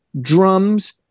Drums